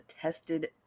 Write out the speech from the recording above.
tested